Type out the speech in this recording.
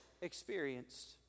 experienced